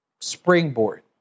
springboard